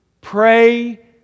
Pray